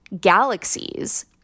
galaxies